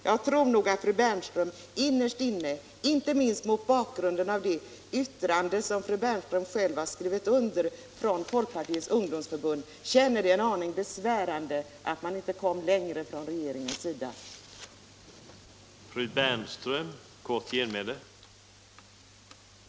Jag tror att fru Bernström innerst inne — inte minst mot bakgrund av det yttrande från Folkpartiets ungdomsförbund som fru Bernström själv har skrivit under — känner det en aning besvärande att man från re = Nr 133 geringens sida inte kom längre. Tisdagen den